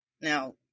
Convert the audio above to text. Now